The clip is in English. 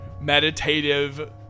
meditative